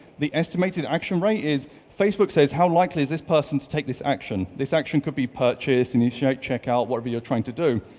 the estimated action rate is facebook says how likely is this person to take this action? this action could be purchase, initiate checkout, whatever you're trying to do,